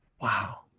wow